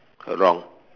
her wrong